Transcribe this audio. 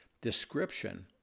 description